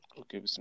Okay